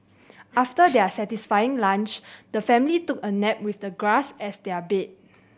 after their satisfying lunch the family took a nap with the grass as their bed